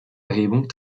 erhebungen